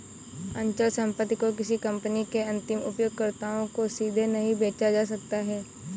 अचल संपत्ति को किसी कंपनी के अंतिम उपयोगकर्ताओं को सीधे नहीं बेचा जा सकता है